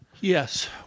Yes